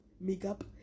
makeup